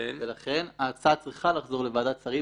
ולכן, ההצעה צריכה לחזור לוועדת שרים